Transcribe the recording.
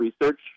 research